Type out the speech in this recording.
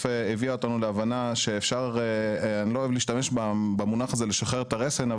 הביאה אותנו להבנה שאפשר לא להשתמש במונח הזה לשחרר את הרסן,